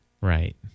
Right